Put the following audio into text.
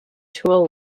tool